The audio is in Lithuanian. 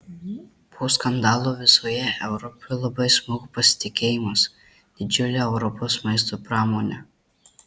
po skandalo visoje europoje labai smuko pasitikėjimas didžiule europos maisto pramone